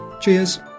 Cheers